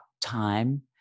time